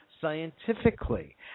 scientifically